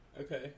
Okay